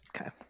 Okay